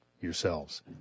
yourselves